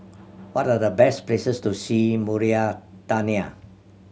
what are the best places to see in Mauritania